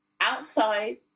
outside